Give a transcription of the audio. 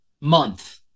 month